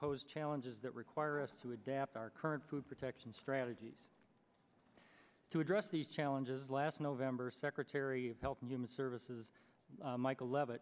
posed challenges that require us to adapt our current food protection strategies to address these challenges last november secretary of health and human services michael leavitt